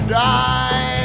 die